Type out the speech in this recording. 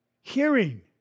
hearing